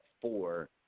four